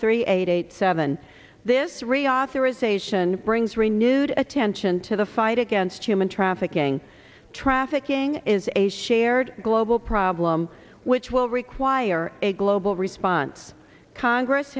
three eight seven this reauthorization brings renewed attention to the fight against human trafficking trafficking is a shared global problem which will require a global response congress